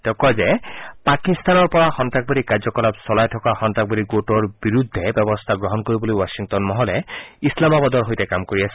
তেওঁ কয় যে পাকিস্তানৰ পৰা সন্ত্ৰাসবাদী কাৰ্যকলাপ চলাই থকা সন্তাসবাদী গোটৰ বিৰুদ্ধে ব্যৱস্থাৰ গ্ৰহণ কৰিবলৈ ৱাথিংটন মহলে ইছলামাবাদৰ সৈতে কাম কৰি আছে